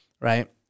right